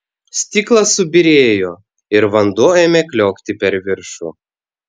stiklas subyrėjo ir vanduo ėmė kliokti per viršų